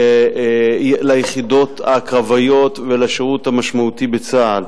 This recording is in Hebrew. ליחידות הקרביות ולשירות המשמעותי בצה"ל,